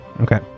Okay